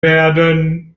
werden